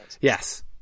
Yes